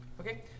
Okay